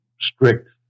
strict